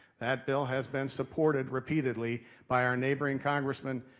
that bill has been supported repeatedly by our neighboring congressman,